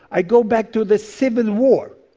i go back to the civil war.